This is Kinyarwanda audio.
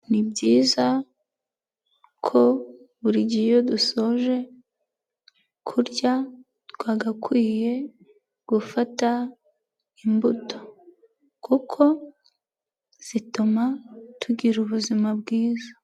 Ni byiza ko buri gihe iyo dusoje kurya twagakwiye gufata imbuto kuko zituma tugira ubuzima bwiza.